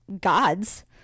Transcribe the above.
gods